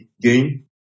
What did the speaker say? game